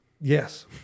Yes